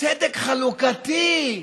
צדק חלוקתי.